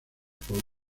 por